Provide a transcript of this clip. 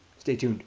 stay tuned.